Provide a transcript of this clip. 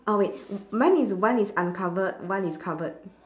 oh wait m~ mine is one is uncovered one is covered